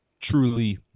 truly